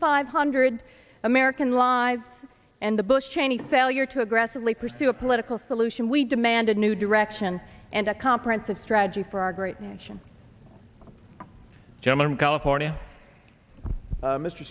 five hundred american lives and the bush cheney failure to aggressively pursue a political solution we demanded a new direction and a comprehensive strategy for our great nation general california